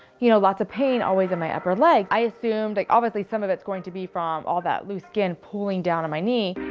you know, lots of pain always in my upper legs. i assumed that like obviously some of its going to be from all that loose skin pulling down on my knee.